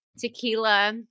tequila